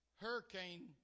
hurricane